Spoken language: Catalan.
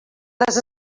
les